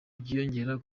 byiyongera